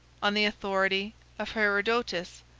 on the authority of herodotus,